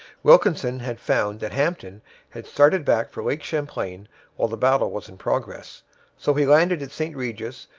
wilkinson had found that hampton had started back for lake champlain while the battle was in progress so he landed at st regis,